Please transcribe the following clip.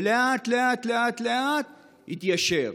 ולאט-לאט, לאט-לאט התיישר.